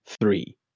three